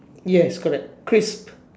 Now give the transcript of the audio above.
yes correct Crist